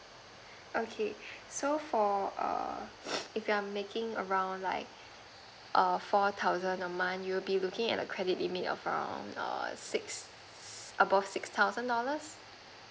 okay so for err if you are making around like err four thousand a month you'll be looking at a credit limit of a err six above six thousand dollars